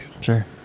Sure